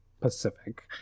Pacific